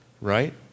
right